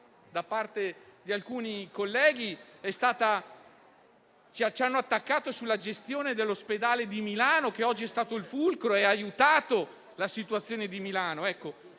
in quest'Aula alcuni colleghi ci hanno attaccato sulla gestione dell'ospedale di Milano, che oggi è stato il fulcro e ha aiutato la situazione di quella